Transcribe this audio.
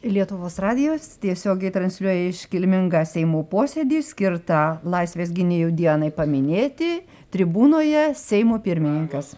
lietuvos radijos tiesiogiai transliuoja iškilmingą seimo posėdį skirtą laisvės gynėjų dienai paminėti tribūnoje seimo pirmininkas